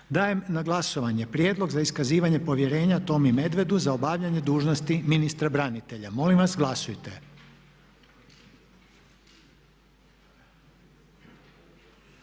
Dajem na glasovanje Prijedlog za iskazivanje povjerenja Tomi Medvedu za obavljanje dužnosti ministra branitelja. Molim vas glasujte.